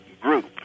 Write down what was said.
group